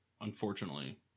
unfortunately